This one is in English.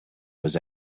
was